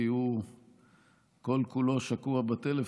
כי הוא כל-כולו שקוע בטלפון.